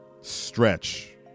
stretch